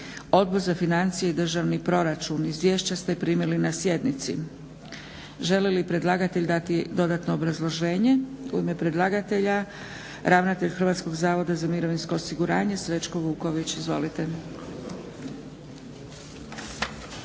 Odbor za financije i državni proračun. Izvješća ste primili na sjednici. Želi li predlagatelj dati dodatno obrazloženje? U ime predlagatelja ravnatelj HZMO-a Srećko Vuković. Izvolite.